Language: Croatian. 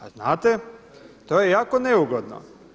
A znate to je jako neugodno.